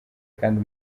kandi